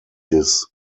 his